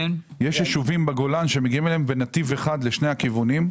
יש ישובים בגולן שמגיעים אליהם בנתיב אחד לשני הכיוונים,